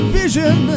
vision